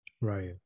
Right